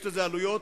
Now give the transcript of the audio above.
יש לזה עלויות.